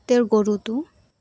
তেওঁৰ গৰুটো